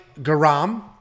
Garam